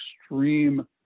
extreme